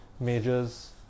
Majors